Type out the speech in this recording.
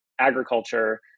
agriculture